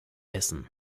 essen